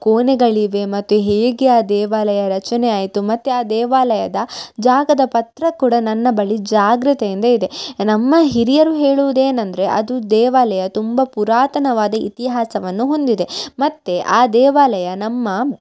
ಕೋಣೆಗಳಿವೆ ಮತ್ತು ಹೇಗೆ ಆ ದೇವಾಲಯ ರಚನೆ ಆಯಿತು ಮತ್ತು ಆ ದೇವಾಲಯದ ಜಾಗದ ಪತ್ರ ಕೂಡ ನನ್ನ ಬಳಿ ಜಾಗ್ರತೆಯಿಂದ ಇದೆ ನಮ್ಮ ಹಿರಿಯರು ಹೇಳುವುದೇನಂದರೆ ಅದು ದೇವಾಲಯ ತುಂಬ ಪುರಾತನವಾದ ಇತಿಹಾಸವನ್ನು ಹೊಂದಿದೆ ಮತ್ತು ಆ ದೇವಾಲಯ ನಮ್ಮ